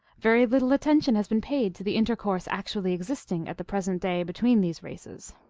very little attention has been paid to the intercourse act ually existing at the present day between these races.